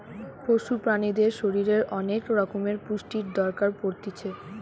পশু প্রাণীদের শরীরের অনেক রকমের পুষ্টির দরকার পড়তিছে